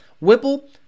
Whipple